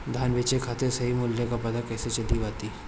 धान बेचे खातिर सही मूल्य का पता कैसे चली तनी बताई?